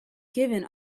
given